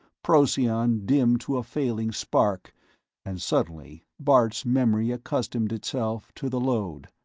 procyon dimmed to a failing spark and suddenly bart's memory accustomed itself to the load,